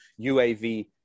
UAV